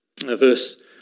Verse